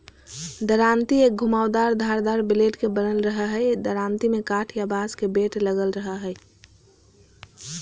दरांती एक घुमावदार धारदार ब्लेड के बनल रहई हई दरांती में काठ या बांस के बेट लगल रह हई